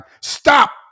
stop